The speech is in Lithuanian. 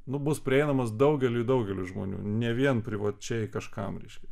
nu bus prieinamas daugeliui daugeliui žmonių ne vien privačiai kažkam reiškia